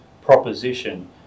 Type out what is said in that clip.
proposition